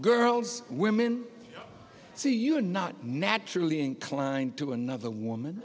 girls women so you are not naturally inclined to another woman